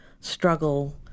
struggle